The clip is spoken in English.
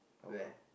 where